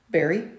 Barry